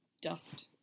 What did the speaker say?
Dust